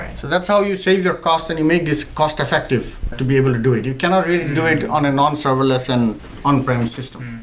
so that's how you save your cost and you make this cost effective to be able to do it. you cannot really do it on a non serverless and on-prem system.